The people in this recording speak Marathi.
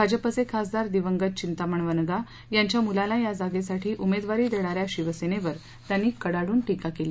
भाजपाचे खासदार दिवंगत चिंतामण वनगा यांच्या मुलाला या जागेसाठी उमेदवारी देणाऱ्या शिवसेनेवर त्यांनी कडाडून टीका केली